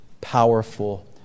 powerful